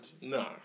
No